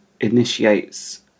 initiates